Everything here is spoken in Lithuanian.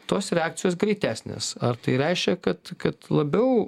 tos reakcijos greitesnės ar tai reiškia kad kad labiau